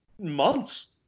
months